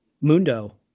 Mundo